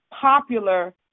popular